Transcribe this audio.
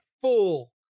full